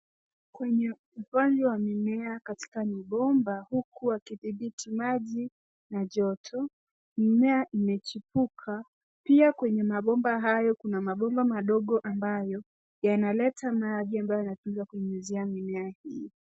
Kwenye upanzi wa mimea katika mabomba huku wakidhibiti maji na joto, mimea imechipuka. Pia kwenye mabomba hayo kuna mabomba madogo ambayo yanaleta maji ambayo yanatumika kunyunyizia mimea hii.